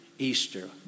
Easter